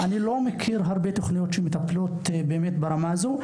אני לא מכיר תוכניות שמטפלות באמת ועונות על הרמה הנצרכת הזו,